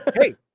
Hey